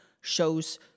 shows